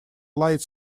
light